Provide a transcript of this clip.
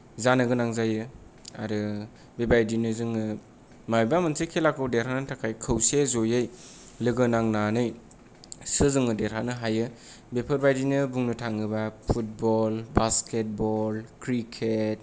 जानो गोनां जायो आरो बेबायदिनो जोङो मायबा मोनसे खेलाखौ देरहानो थाखाय खौसे ज'यै लोगोनांनैसो जों देरहानो हायो बेफोरबायदिनो बुंनो थाङोबा फुटबल बास्केटबल क्रिकेट